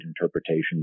interpretations